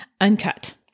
Uncut